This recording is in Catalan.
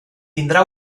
tindrà